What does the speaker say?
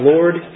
Lord